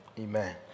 Amen